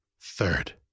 Third